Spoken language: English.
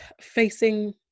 Facing